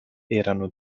erano